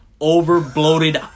over-bloated